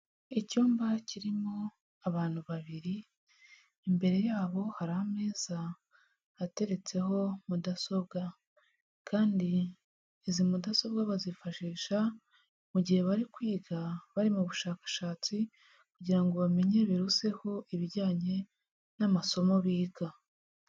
Icyumba kirimo abantu babiri, imbere yabo hari ameza ateretseho mudasobwa, kandi izi mudasobwa bazifashisha mu gihe bari kwiga bari mu bushakashatsi, kugira ngo bamenye biruseho ibijyanye n'amasomo biga.